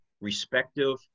respective